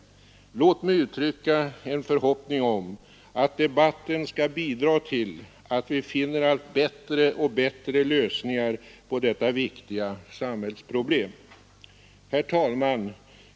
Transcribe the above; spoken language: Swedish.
Låt mig uttrycka en förhoppning om att debatten skall bidra till att vi finner allt bättre lösningar på detta viktiga samhällsproblem. Herr talman!